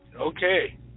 Okay